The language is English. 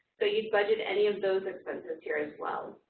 so you budget any of those expenses here as well.